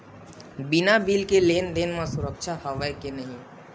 बिना बिल के लेन देन म सुरक्षा हवय के नहीं?